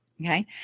Okay